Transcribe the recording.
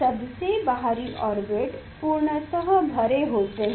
सबसे बाहरी ओर्बिट पूर्णत भरे होते हैं